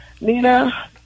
Nina